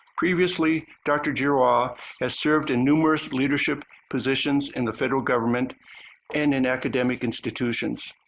previously, dr. giroir has served in numerous leadership positions in the federal government and in academic institutions.